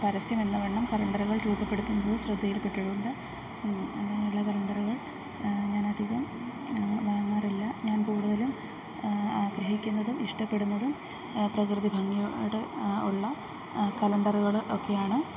പരസ്യം എന്നവണ്ണം കലണ്ടറുകൾ രൂപപ്പെടുത്തുന്നത് ശ്രദ്ധയിൽപ്പെട്ടിട്ടുണ്ട് അങ്ങനെയുള്ള കലണ്ടറുകൾ ഞാൻ അധികം വാങ്ങാറില്ല ഞാൻ കൂടുതലും ആഗ്രഹിക്കുന്നതും ഇഷ്ടപ്പെടുന്നതും പ്രകൃതി ഭംഗിയോടെ ഉള്ള കലണ്ടറുകൾ ഒക്കെയാണ്